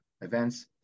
events